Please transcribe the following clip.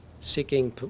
Seeking